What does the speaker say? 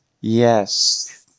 Yes